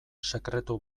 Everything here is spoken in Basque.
sekretu